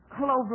Hello